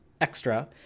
extra